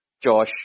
Josh